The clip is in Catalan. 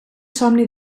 somni